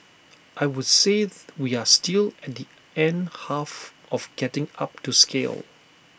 I would say we are still at the end half of getting up to scale